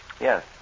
Yes